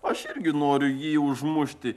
aš irgi noriu jį užmušti